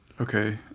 Okay